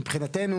מבחינתי,